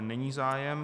Není zájem.